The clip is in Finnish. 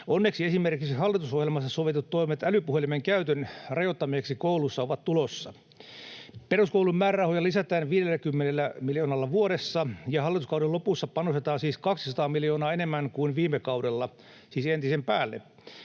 Onneksi esimerkiksi hallitusohjelmassa sovitut toimet älypuhelimen käytön rajoittamiseksi koulussa ovat tulossa. Peruskoulun määrärahoja lisätään 50 miljoonalla vuodessa ja hallituskauden lopussa panostetaan siis 200 miljoonaa enemmän kuin viime kaudella, siis entisen päälle.